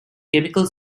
chemical